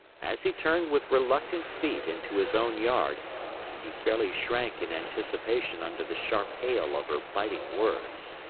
as he turned with reluctant feet into his own yard he fairly shrank in anticipation under the sharp hail of her biting words.